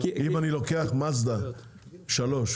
אם אני לוקח מאזדה 3,